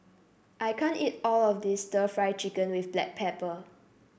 I can't eat all of this stir Fry Chicken with Black Pepper